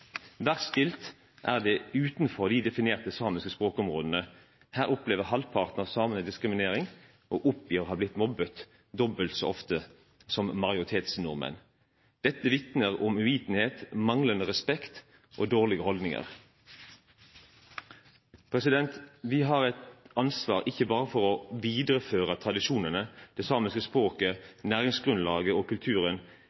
stilt er det utenfor de definerte samiske språkområdene. Her opplever halvparten av samene diskriminering og oppgir å ha blitt mobbet dobbelt så ofte som majoritetsnordmenn. Dette vitner om uvitenhet, manglende respekt og dårlige holdninger. Vi har et ansvar ikke bare for å videreføre tradisjonene, det